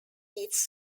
its